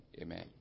amen